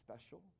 special